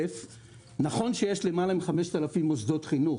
נכון שיש למעלה מ-5,000 מוסדות חינוך,